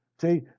See